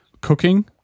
cooking